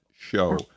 show